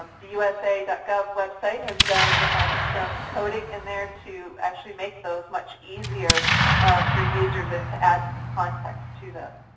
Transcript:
um the usa gov website has done some coding in there to actually make those much easier for users and to add some context to those.